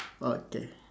okay